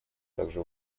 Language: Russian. также